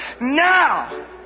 now